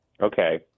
Okay